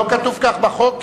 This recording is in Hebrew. לא כתוב כך בחוק,